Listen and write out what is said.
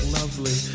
lovely